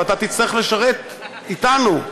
ואתה תצטרך לשרת אתנו,